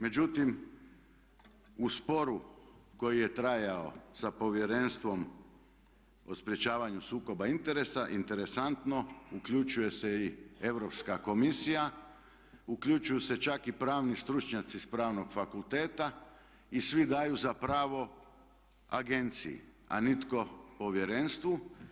Međutim, u sporu koji je trajao sa Povjerenstvom o sprječavanju sukoba interesa interesantno uključuje se i Europska komisija, uključuju se čak i pravni stručnjaci s Pravnog fakulteta i svi daju za pravo agenciji, a nitko povjerenstvu.